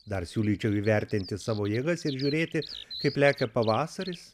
dar siūlyčiau įvertinti savo jėgas ir žiūrėti kaip lekia pavasaris